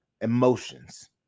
emotions